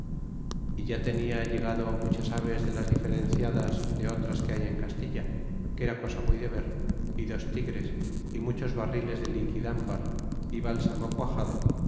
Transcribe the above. é ya tenia llegado muchas aves de las diferenciadas de otras que hay en castilla que era cosa muy de ver y dos tigres y muchos barriles de liquidanbar y bálsamo quaxado